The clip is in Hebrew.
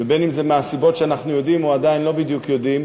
ובין אם זה מהסיבות שאנחנו יודעים או עדיין לא בדיוק יודעים,